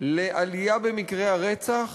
לעלייה במקרי הרצח,